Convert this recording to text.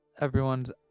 everyone's